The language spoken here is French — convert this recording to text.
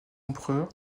empereurs